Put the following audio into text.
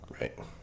Right